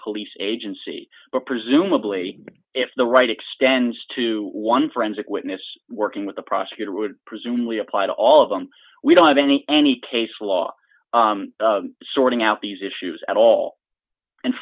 police agency but presumably if the right extends to one forensic witness working with the prosecutor would presumably apply to all of them we don't have any any case law sorting out these issues at all and